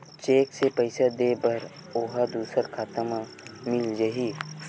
Cheque से पईसा दे बर ओहा दुसर खाता म मिल जाही?